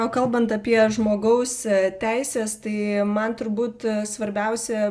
o kalbant apie žmogaus teises tai man turbūt svarbiausia